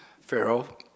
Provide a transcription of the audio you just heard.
Pharaoh